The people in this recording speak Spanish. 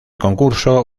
concurso